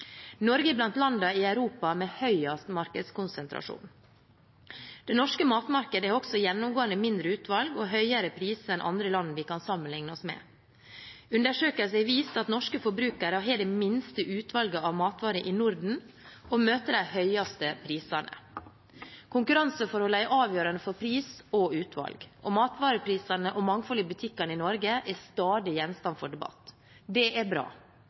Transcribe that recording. Norge er blant landene i Europa med høyest markedskonsentrasjon. Det norske matmarkedet har også gjennomgående mindre utvalg og høyere priser enn andre land vi kan sammenlikne oss med. Undersøkelser har vist at norske forbrukere har det minste utvalget av matvarer i Norden og møter de høyeste prisene. Konkurranseforholdene er avgjørende for pris og utvalg, og matvareprisene og mangfoldet i butikkene i Norge er stadig gjenstand for debatt. Det er bra.